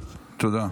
תודה.